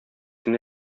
генә